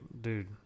dude